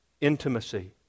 intimacy